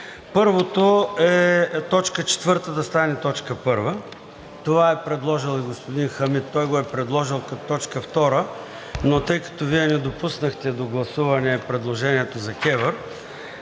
Първото е т. 4 да стане т. 1. Това е предложил и господин Хамид. Той го е предложил като точка втора, но тъй като Вие не допуснахте до гласуване предложението за КЕВР,